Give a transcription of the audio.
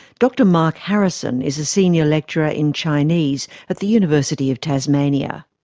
dr mark harrison is a senior lecturer in chinese at the university of tasmania.